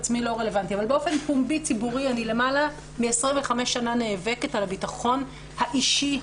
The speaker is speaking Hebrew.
באופן פומבי ציבורי אני למעלה מ-25 שנה נאבקת על הביטחון האישי,